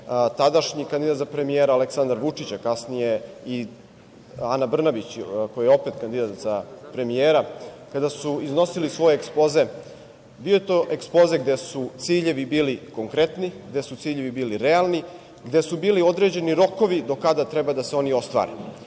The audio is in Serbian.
tadašnji kandidat za premijera Aleksandra Vučića, a kasnije i Ana Brnabić, koji je opet kandidat za premijera kada su iznosili svoj ekspoze, bio je to ekspoze gde su ciljevi bili konkretni, gde su ciljevi bili realni, gde su bili određeni rokovi do kada treba da se oni ostvare,